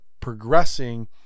progressing